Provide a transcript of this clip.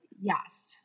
Yes